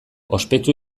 ospetsu